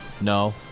No